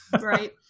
right